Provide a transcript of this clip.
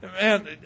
man